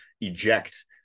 eject